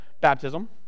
baptism